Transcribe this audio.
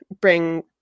bring